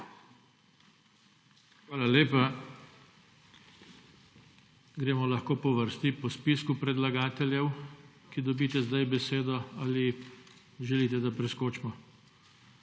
Hvala lepa. Gremo lahko po vrsti po spisku predlagateljev, ki dobite sedaj besedo ali želite, da preskočimo?